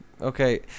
okay